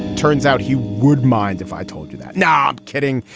turns out he would mind if i told you that not kidding.